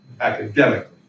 academically